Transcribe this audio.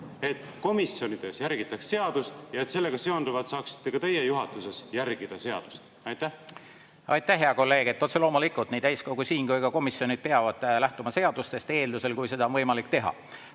et komisjonides järgitaks seadust ja et sellega seonduvalt saaksite ka teie juhatuses järgida seadust? Aitäh, hea kolleeg! Otse loomulikult nii täiskogu siin kui ka komisjonid peavad lähtuma seadustest, eeldusel, et seda on võimalik teha.